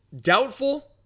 doubtful